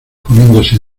poniéndose